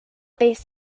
based